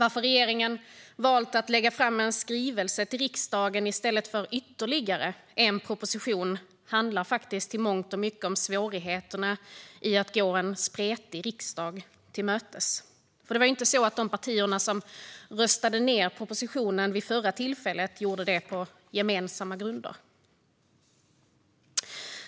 Att regeringen valt att lägga fram en skrivelse till riksdagen i stället för ytterligare en proposition beror i mångt och mycket på svårigheterna i att gå en spretig riksdag till mötes. Det var ju inte så att de partier som röstade ned propositionen vid förra tillfället gjorde det på gemensamma grunder.